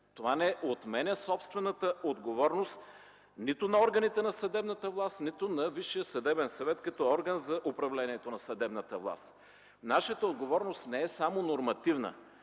Това не отменя собствената отговорност нито на органите на съдебната власт, нито на Висшия съдебен съвет като орган за управлението на съдебната власт. Нашата отговорност не е само нормативна.